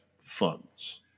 funds